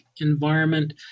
environment